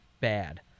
bad